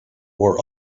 war